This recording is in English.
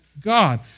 God